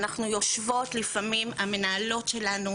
אנחנו יושבות לפעמים המנהלות שלנו,